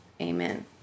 amen